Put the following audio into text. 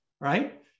right